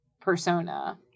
persona